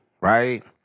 right